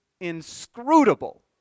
inscrutable